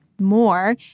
more